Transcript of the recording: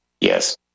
Yes